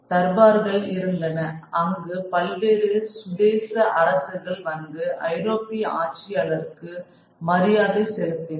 தர்பார்கள் இருந்தன அங்கு பல்வேறு சுதேச அரசுகள் வந்து ஐரோப்பிய ஆட்சியாளருக்கு மரியாதை செலுத்தின